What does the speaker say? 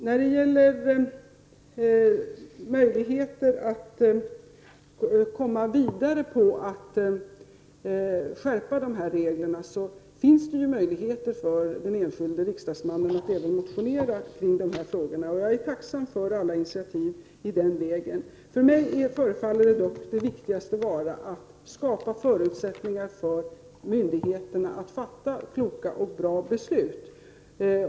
När det gäller att gå vidare och skärpa dessa regler finns det möjlighet för den enskilde riksdagsmannen att även motionera i dessa frågor. Jag är tacksam för alla initiativ i den vägen. För mig förefaller dock det viktigaste vara att skapa förutsättningar för myndigheterna att fatta kloka och bra beslut.